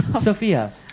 Sophia